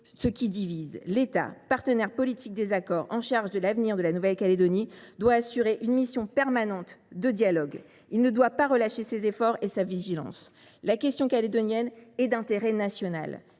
ce qui divise. L’État, partenaire politique des accords, en charge de l’avenir de la Nouvelle Calédonie, doit assurer une mission permanente de dialogue. Il ne doit pas relâcher ses efforts et sa vigilance. […] La question calédonienne est d’intérêt national.